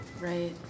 Right